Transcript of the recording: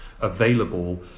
available